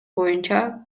боюнча